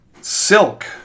Silk